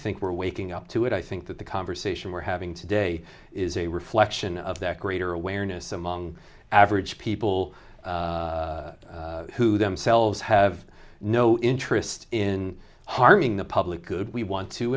think we're waking up to it i think that the conversation we're having today is a reflection of that greater awareness among average people who themselves have no interest in harming the public good we want to